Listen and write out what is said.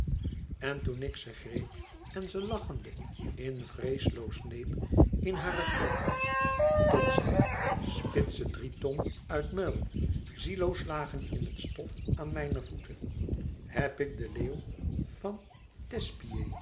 en toen ik ze greep en ze lachende en vreesloos neep in hare kronkels tot zij spitse drietong uit muil zielloos lagen in het stof aan mijne voeten heb ik den leeuw van